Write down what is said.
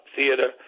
Theater